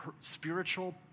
spiritual